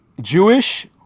Jewish